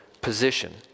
position